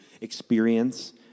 experience